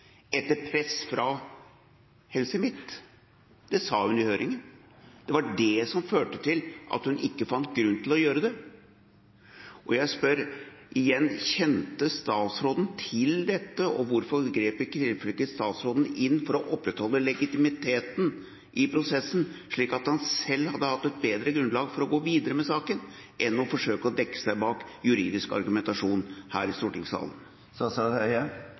etter press fra Helse Midt-Norge. Det sa hun i høringa. Det var det som førte til at hun ikke fant grunn til å gjøre det. Jeg spør igjen: Kjente statsråden til dette, og hvorfor grep han i tilfelle ikke inn for å opprettholde legitimiteten til prosessen, slik at han selv hadde hatt et bedre grunnlag for å gå videre med saken i stedet for å forsøke å dekke seg bak juridisk argumentasjon her i stortingssalen?